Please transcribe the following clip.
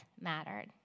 mattered